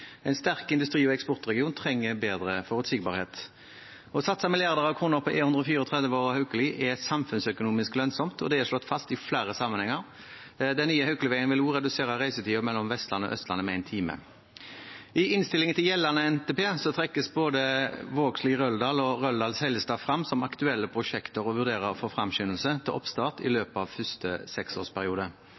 En sterk industri- og eksportregion trenger bedre forutsigbarhet. Å satse milliarder av kroner på E134 over Haukeli er samfunnsøkonomisk lønnsomt, og det er slått fast i flere sammenhenger. Den nye Haukelivegen vil også redusere reisetiden mellom Vest- og Østlandet med en time. I innstillingen til gjeldende NTP trekkes både Vågsli–Røldal og Røldal–Seljestad frem som aktuelle prosjekter å vurdere for fremskyndelse til oppstart i løpet av første seksårsperiode.